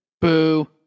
Boo